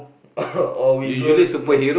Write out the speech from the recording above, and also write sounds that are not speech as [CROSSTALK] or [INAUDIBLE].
[LAUGHS] oh we go no